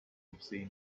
obscene